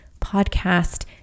podcast